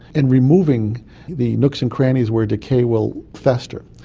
and removing the nooks and crannies where decay will fester,